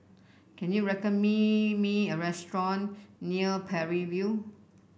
can you recommend me a restaurant near Parry View